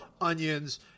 Onions